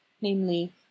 namely